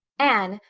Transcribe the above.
anne,